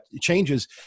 changes